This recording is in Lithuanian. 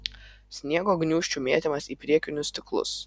sniego gniūžčių mėtymas į priekinius stiklus